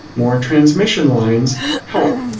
more transmission lines help.